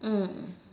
mm